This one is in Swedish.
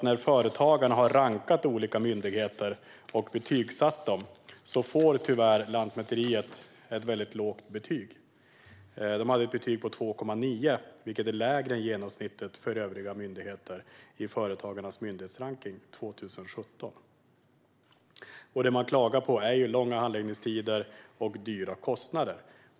När Företagarna har rankat och betygsatt olika myndigheter får Lantmäteriet tyvärr ett väldigt lågt betyg. Det fick ett betyg på 2,9, vilket är lägre än genomsnittet för övriga myndigheter i Företagarnas myndighetsrankning 2017. Vad man klagar på är långa handläggningstider och dyra kostnader.